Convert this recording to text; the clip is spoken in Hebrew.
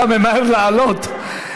איך אתה ממהר לעלות.